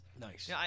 Nice